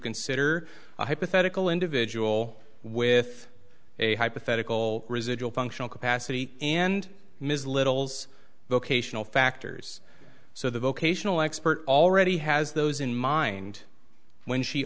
consider a hypothetical individual with a hypothetical residual functional capacity and ms little's vocational factors so the vocational expert already has those in mind when she